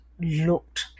looked